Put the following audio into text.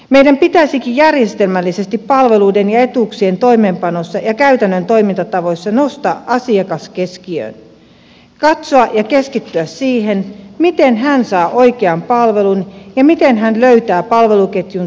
meidän pitäisikin järjestelmällisesti palveluiden ja etuuksien toimeenpanossa ja käytännön toimintatavoissa nostaa asiakas keskiöön katsoa ja keskittyä siihen miten hän saa oikean palvelun ja miten hän löytää palveluketjun seuraavalle etapille